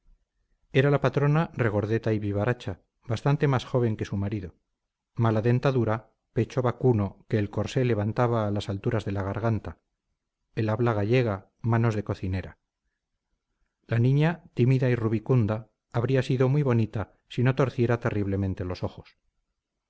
era la patrona regordeta y vivaracha bastante más joven que su marido mala dentadura pecho vacuno que el corsé levantaba a las alturas de la garganta el habla gallega manos de cocinera la niña tímida y rubicunda habría sido muy bonita si no torciera terriblemente los ojos